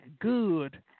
good